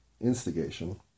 instigation